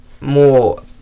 more